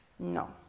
no